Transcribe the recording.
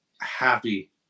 happy